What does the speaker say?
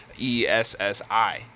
E-S-S-I